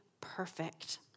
perfect